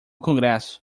congresso